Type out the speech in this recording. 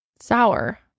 sour